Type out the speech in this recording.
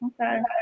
Okay